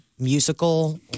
musical